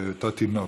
בתור תינוק.